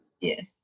Yes